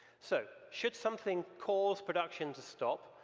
so should something cause production to stop,